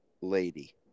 lady